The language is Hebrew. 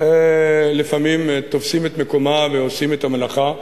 לפעמים תופסים את מקומה ועושים את המלאכה.